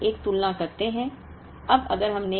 फिर भी हम एक तुलना करते हैं